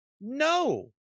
no